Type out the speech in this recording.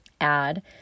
Add